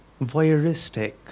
voyeuristic